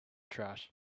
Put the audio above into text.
trash